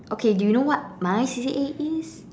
okay do you know what my C_C_A is